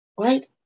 right